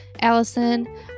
allison